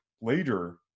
later